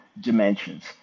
dimensions